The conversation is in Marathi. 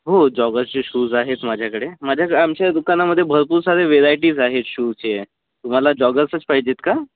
हो जॉगर्सचे शूज आहेत माझ्याकडे माझ्या आमच्या दुकानामध्ये भरपूर सारे वेरायटीज आहेत शूचे तुम्हाला जॉगर्सच पाहिजेत का